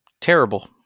terrible